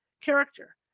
Character